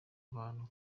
abantu